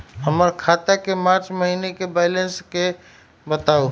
हमर खाता के मार्च महीने के बैलेंस के बताऊ?